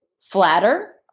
flatter